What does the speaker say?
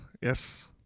Yes